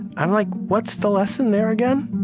i'm like, what's the lesson there again?